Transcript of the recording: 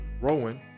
Rowan